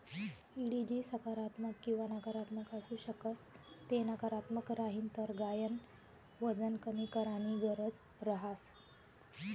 एडिजी सकारात्मक किंवा नकारात्मक आसू शकस ते नकारात्मक राहीन तर गायन वजन कमी कराणी गरज रहस